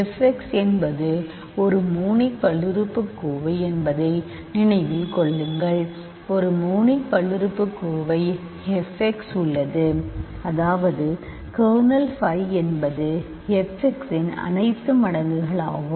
f x என்பது ஒரு monic பல்லுறுப்புக்கோவை என்பதை நினைவில் கொள்ளுங்கள் ஒரு மோனிக் பல்லுறுப்புக்கோவை fx உள்ளது அதாவது கர்னல் phi என்பது fx இன் அனைத்து மடங்குகளாகும்